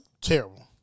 terrible